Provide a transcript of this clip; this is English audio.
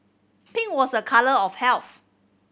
pink was a colour of health